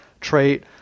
trait